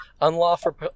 unlawful